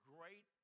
great